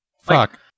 Fuck